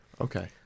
Okay